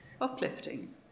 uplifting